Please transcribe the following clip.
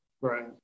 Right